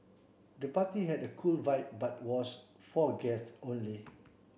the party had a cool vibe but was for guests only